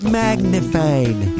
magnified